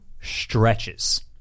stretches